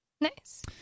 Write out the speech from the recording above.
Nice